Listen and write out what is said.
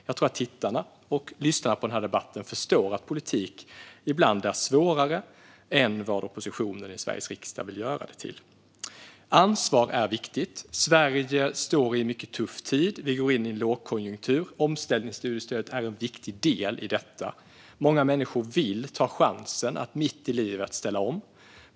Jag tror att debattens tittare och lyssnare förstår att politik ibland är svårare än vad oppositionen i Sveriges riksdag vill göra den till. Ansvar är viktigt. Sverige är i en mycket tuff tid. Vi går in i en lågkonjunktur. Omställningsstudiestödet är då viktigt. Många människor vill ta chansen att ställa om mitt i livet.